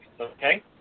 okay